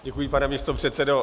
Děkuji, pane místopředsedo.